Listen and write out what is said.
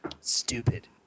Stupid